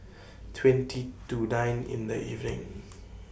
twenty to nine in The evening